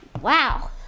Wow